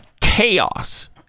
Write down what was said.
chaos